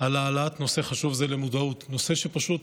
על העלאת נושא חשוב זה למודעות, נושא שפשוט